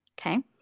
Okay